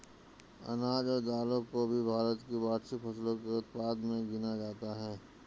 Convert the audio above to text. अनाज और दालों को भी भारत की वार्षिक फसलों के उत्पादन मे गिना जाता है